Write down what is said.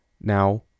Now